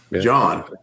John